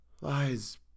lies